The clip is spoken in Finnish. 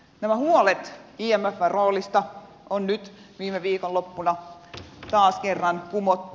nämä huolet imfn roolista on nyt viime viikonloppuna taas kerran kumottu